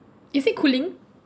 is it cooling